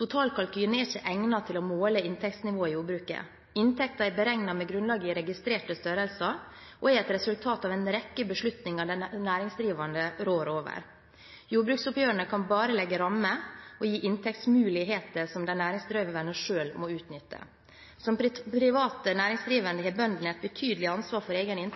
Totalkalkylen er ikke egnet til å måle inntektsnivå i jordbruket. Inntekten er beregnet med grunnlag i registrerte størrelser, og er et resultat av en rekke beslutninger de næringsdrivende rår over. Jordbruksoppgjørene kan bare legge rammer, og gi inntektsmuligheter, som de næringsdrivende selv må utnytte. Som private næringsdrivende har bøndene et betydelig ansvar for egen